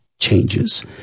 changes